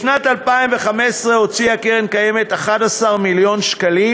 בשנת 2015 הוציאה הקרן הקיימת 11 מיליון שקלים